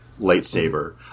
lightsaber